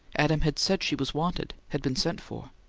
adam had said she was wanted, had been sent for.